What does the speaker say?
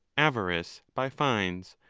avarice by fines,